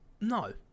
No